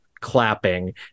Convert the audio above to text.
clapping